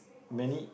many